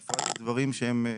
בפרט בדברים שהם,